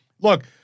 look